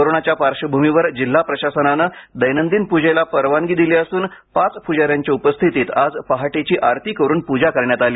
कोरोनाच्या पार्श्वभूमीवर जिल्हा प्रशासनाने दैनंदिन प्रजेला परवानगी दिली असून पाच पुजाऱ्यांच्या उपस्थिततीत आज पहाटेची आरती करून पूजा करण्यात आली